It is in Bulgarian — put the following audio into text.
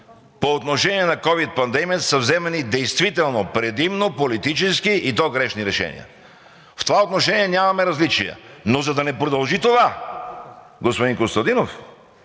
по отношение на ковид пандемията са вземани действително предимно политически, и то грешни решения. В това отношение нямаме различия, но за да не продължи това, господин Костадинов,